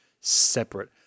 separate